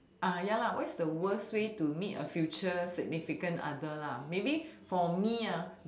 uh ya lah what's the worst way to meet a future significant other lah maybe for me ah